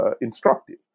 instructive